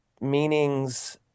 meanings